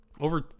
Over